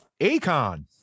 Akon